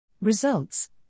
Results